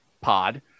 pod